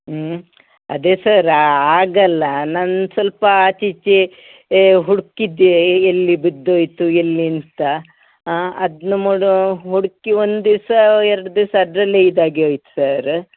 ಹ್ಞೂ ಅದೇ ಸರ್ ಆಗಲ್ಲ ನಾನ್ ಸ್ವಲ್ಪ ಆಚೆ ಈಚೆ ಹುಡುಕಿದ್ದೆ ಎಲ್ಲಿ ಬಿದ್ದೊಯಿತು ಎಲ್ಲಿ ಅಂತ ಅದನ್ನ ಮಾಡೊ ಹುಡುಕಿ ಒಂದು ದಿವಸ ಎರಡು ದಿವಸ ಅದರಲ್ಲೇ ಇದಾಗಿ ಹೋಯ್ತ್ ಸರ್